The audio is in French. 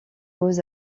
beaux